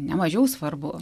nemažiau svarbu